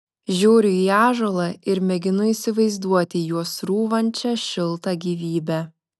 žiūriu į ąžuolą ir mėginu įsivaizduoti juo srūvančią šiltą gyvybę